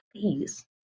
Please